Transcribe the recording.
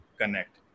connect